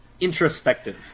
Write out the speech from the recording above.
introspective